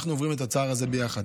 אנחנו עוברים את הצער הזה ביחד.